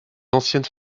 ancienne